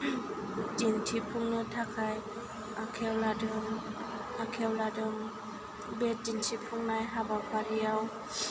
दिन्थिफुंनो थाखाय आखायाव लादों आखायाव लादों बे दिन्थिफुंनाय हाबाफारियाव